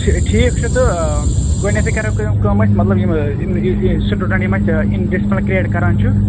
ٹھی ٹھیٖک چھِ تہٕ گۅڈنیٚتھٕے کرو کٲم مطلب یِم أسۍ یہِ سِٹوڈَنٛٹ یِم اَسہِ اِن ڈِسپٕلٕن کٔریٖٹ کَران چھُ